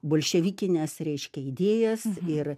bolševikines reiškia idėjas ir